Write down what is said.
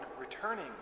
returning